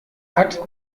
hat